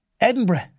Edinburgh